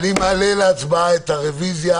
אני מעלה להצבעה את הרוויזיה.